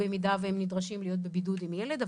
במידה והם נדרשים להיות בבידוד עם ילד.